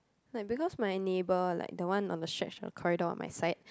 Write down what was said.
like because my neighbor like the one on the stretch on the corridor on my side